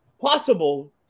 possible